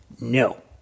No